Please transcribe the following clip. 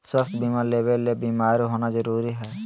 स्वास्थ्य बीमा लेबे ले बीमार होना जरूरी हय?